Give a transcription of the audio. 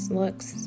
looks